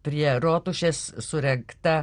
prie rotušės surengta